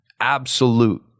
absolute –